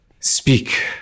Speak